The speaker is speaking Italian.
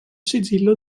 sigillo